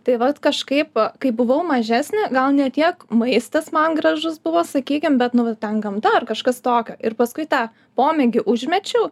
tai vat kažkaip kai buvau mažesnė gal ne tiek maistas man gražus buvo sakykim bet nu va ten gamta ar kažkas tokio ir paskui tą pomėgį užmečiau